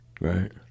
right